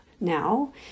now